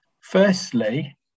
firstly